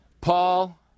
Paul